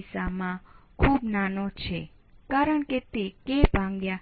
સંજ્ઞાઓ નક્કી કરવી પડશે